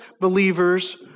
believers